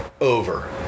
over